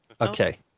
Okay